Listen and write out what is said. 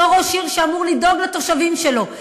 אותו ראש עיר שאמור לדאוג לתושבים שלו,